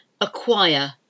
acquire